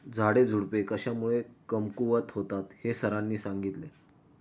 झाडेझुडपे कशामुळे कमकुवत होतात हे सरांनी सांगितले